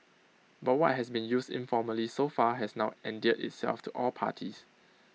but what has been used informally so far has now endeared itself to all parties